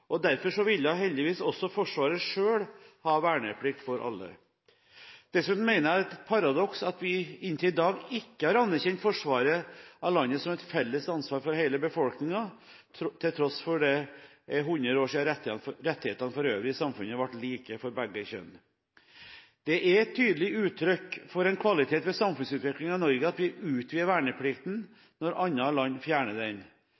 godt. Derfor ville heldigvis også Forsvaret selv ha verneplikt for alle. Dessuten mener jeg at det er et paradoks at vi inntil i dag ikke har anerkjent forsvaret av landet som et felles ansvar for hele befolkningen, til tross for at det er 100 år siden rettighetene for øvrig i samfunnet ble like for begge kjønn. Det er et tydelig uttrykk for en kvalitet ved samfunnsutviklingen i Norge at vi utvider verneplikten når andre land fjerner den.